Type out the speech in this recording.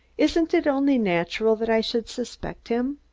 isn't it only natural that i should suspect him?